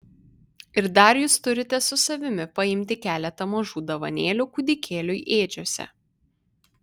ir dar jūs turite su savimi paimti keletą mažų dovanėlių kūdikėliui ėdžiose